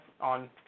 on